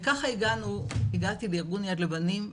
וכך הגעתי לארגון יד לבנים.